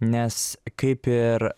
nes kaip ir